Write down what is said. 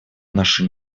нашу